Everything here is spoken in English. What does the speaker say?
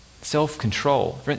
self-control